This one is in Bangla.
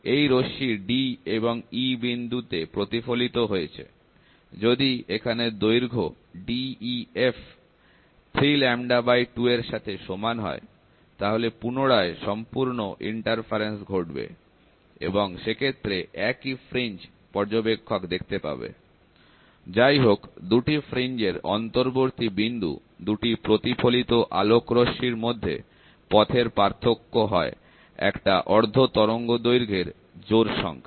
এই রশ্মি d এবং e বিন্দুতে প্রতিফলিত হয়েছে যদি এখানে দৈর্ঘ্য 'd e f' 32 এর সাথে সমান হয় তাহলে পুনরায় সম্পূর্ণ প্রতিবন্ধক ঘটবে এবং সেক্ষেত্রে একই ফ্রিঞ্জ পর্যবেক্ষক দেখতে পাবে যাই হোক দুটি ফ্রিঞ্জ এর অন্তর্বর্তী বিন্দু দুটি প্রতিফলিত আলোকরশ্মির মধ্যে পথের পার্থক্য হয় একটা অর্ধ তরঙ্গদৈর্ঘ্যের জোড় সংখ্যা